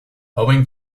owing